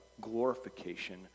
glorification